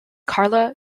carla